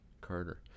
carter